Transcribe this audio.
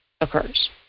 occurs